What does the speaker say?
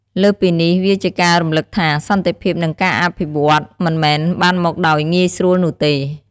លើសពីនេះវាជាការរំឭកថា សន្តិភាពនិងការអភិវឌ្ឍន៍មិនមែនបានមកដោយងាយស្រួលនោះទេ។